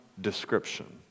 description